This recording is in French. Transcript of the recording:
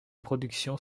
production